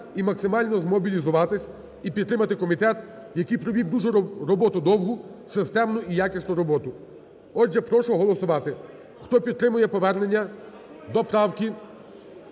і максимально змобілізуватись, і підтримати комітет, який провів дуже, роботу довгу, систему і якісну роботу. Отже, прошу голосувати. Хто підтримує повернення до правки